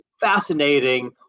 fascinating